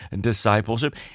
discipleship